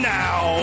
now